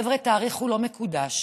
חבר'ה, תאריך הוא לא מקודש,